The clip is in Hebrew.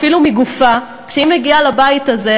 על הצמה שלה,